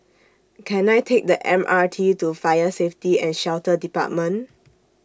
Can I Take The M R T to Fire Safety and Shelter department